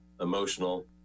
emotional